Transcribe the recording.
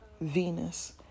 Venus